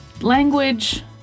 language